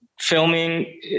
filming